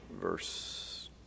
verse